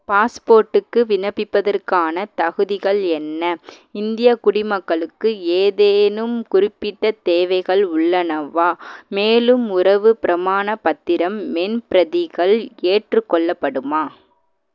பாஸ்போர்ட்டுக்கு விண்ணப்பிப்பதற்கான தகுதிகள் என்ன இந்திய குடிமக்களுக்கு ஏதேனும் குறிப்பிட்ட தேவைகள் உள்ளனவா மேலும் உறவு பிரமாணப் பத்திரம் மென் பிரதிகள் ஏற்றுக்கொள்ளப்படுமா